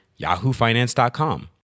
yahoofinance.com